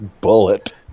bullet